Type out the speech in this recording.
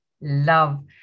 love